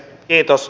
kiitos